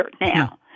now